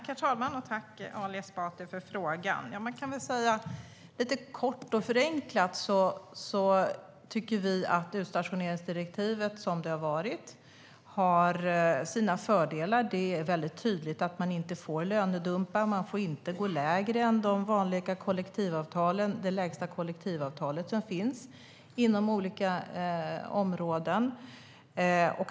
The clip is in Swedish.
Herr talman! Tack, Ali Esbati, för frågan! Lite kort och förenklat tycker vi att utstationeringsdirektivet som det har varit har haft sina fördelar. Det är väldigt tydligt att man inte får lönedumpa. Man får inte gå lägre än det lägsta kollektivavtalet som finns inom olika områden.